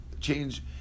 change